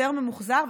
יותר ממוחזר,